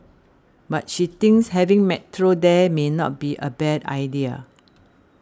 but she thinks having Metro there may not be a bad idea